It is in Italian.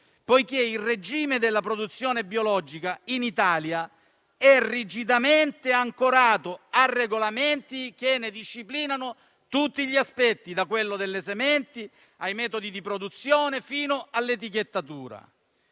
poiché il regime della produzione biologica in Italia è rigidamente ancorato a regolamenti che ne disciplinano tutti gli aspetti, da quello delle sementi, ai metodi di produzione, fino all'etichettatura.